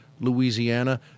Louisiana